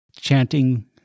chanting